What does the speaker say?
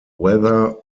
whether